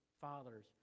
fathers